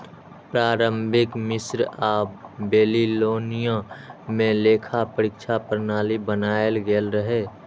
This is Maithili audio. प्रारंभिक मिस्र आ बेबीलोनिया मे लेखा परीक्षा प्रणाली बनाएल गेल रहै